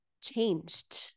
changed